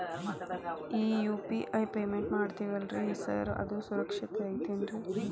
ಈ UPI payment ಮಾಡ್ತೇವಿ ಅಲ್ರಿ ಸಾರ್ ಅದು ಸುರಕ್ಷಿತ್ ಐತ್ ಏನ್ರಿ?